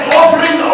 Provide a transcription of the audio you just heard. offering